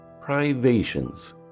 privations